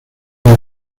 las